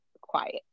quiet